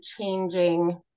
changing